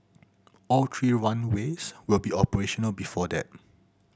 all three runways will be operational before that